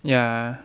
ya